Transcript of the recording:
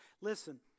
listen